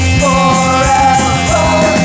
forever